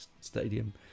stadium